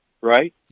right